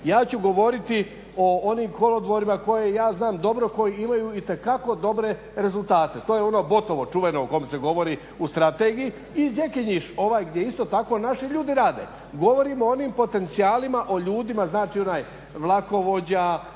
Ja ću raditi o onim kolodvorima koje ja znam dobro koji imaju itekako dobre rezultate, to je ono Botovo o kom se govori u strategiji i Đekinjiš gdje isto tako naši ljudi rade. Govorim o onim potencijalima o ljudima znači onaj vlakovođa,